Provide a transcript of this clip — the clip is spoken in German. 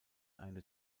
eine